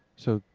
so,